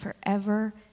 forever